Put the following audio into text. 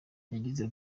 yagize